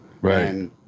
right